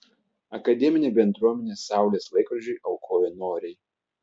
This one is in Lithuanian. akademinė bendruomenė saulės laikrodžiui aukojo noriai